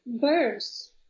birds